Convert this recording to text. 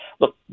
look